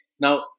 Now